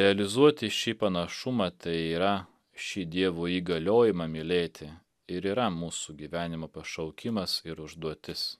realizuoti šį panašumą tai yra šį dievų įgaliojimą mylėti ir yra mūsų gyvenimo pašaukimas ir užduotis